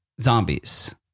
zombies